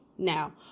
now